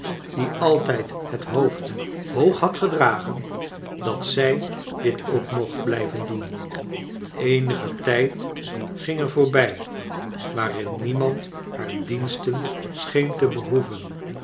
die altijd het hoofd hoog had gedragen dat zij dit ook mocht blijven doen eenige tijd ging er voorbij waarin niemand haar diensten scheen te bchoeven